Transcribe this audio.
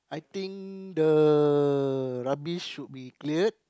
I think the rubbish should be cleared